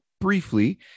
briefly